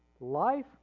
life